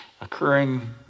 occurring